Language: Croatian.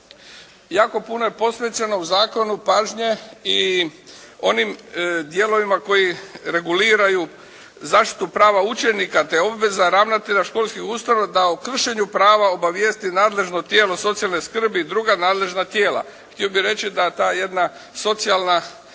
Jako puno je posvećeno u zakonu pažnje i onim dijelovima koji reguliraju zaštitu prava učenika te obveza ravnatelja školskih ustanova da o kršenju prava obavijesti nadležno tijelo socijalne skrbi i druga nadležna tijela. Htio bih reći da ta jedna socijalna,